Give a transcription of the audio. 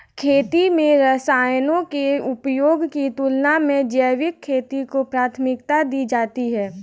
खेती में रसायनों के उपयोग की तुलना में जैविक खेती को प्राथमिकता दी जाती है